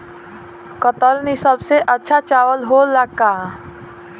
कतरनी सबसे अच्छा चावल होला का?